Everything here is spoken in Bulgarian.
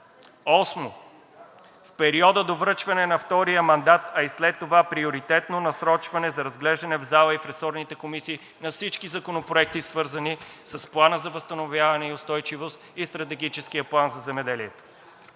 в периода до връчване на втория мандат, а и след това, приоритетно насрочване за разглеждане в зала и в ресорните комисии на всички законопроекти, свързани с Плана за възстановяване и устойчивост и Стратегическия план за земеделие.